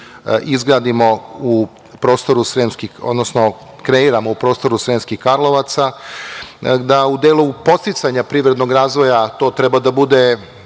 izgradimo u prostoru, odnosno kreiramo u prostoru Sremskih Karlovaca, da u delu podsticaja privrednog razvoja to treba da bude